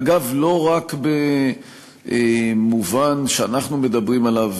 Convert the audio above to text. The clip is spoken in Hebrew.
אגב, לא רק במובן שאנחנו מדברים עליו,